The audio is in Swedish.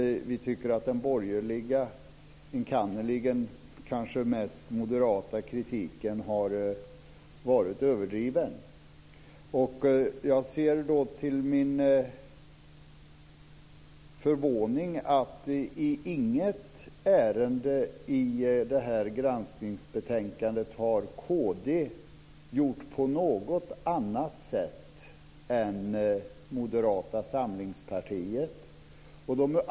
Vi tycker att den borgerliga - enkannerligen mest den moderata - kritiken har varit överdriven. Jag ser till min förvåning att i inget ärende i granskningsbetänkandet har kristdemokraterna gjort på något annat sätt än Moderata samlingspartiet.